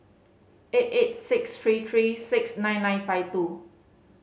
eight eight six three three six nine nine five two